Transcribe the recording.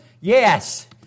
Yes